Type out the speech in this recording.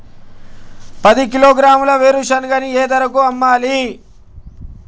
పది కిలోగ్రాముల వేరుశనగని ఏ ధరకు అమ్మాలి?